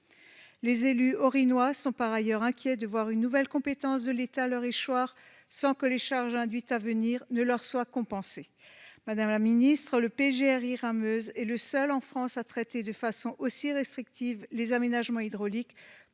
Les élus haut-rhinois sont, par ailleurs, inquiets de voir une nouvelle compétence de l'État leur échoir, sans que les charges induites à venir soient compensées. Madame la ministre, le PGRI du bassin Rhin-Meuse est le seul en France à traiter de façon aussi restrictive les aménagements hydrauliques.